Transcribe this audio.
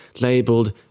labeled